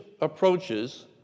approaches